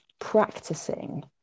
practicing